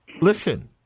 listen—